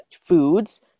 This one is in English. foods